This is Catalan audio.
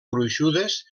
gruixudes